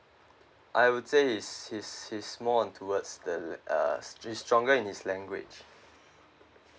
I would say his his his more on towards the la~ uh he's stronger in his language